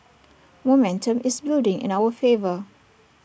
momentum is building in our favour